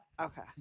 Okay